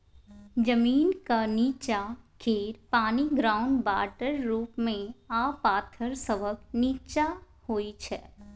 जमीनक नींच्चाँ केर पानि ग्राउंड वाटर रुप मे आ पाथर सभक नींच्चाँ होइ छै